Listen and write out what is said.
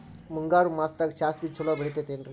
ಮುಂಗಾರು ಮಾಸದಾಗ ಸಾಸ್ವಿ ಛಲೋ ಬೆಳಿತೈತೇನ್ರಿ?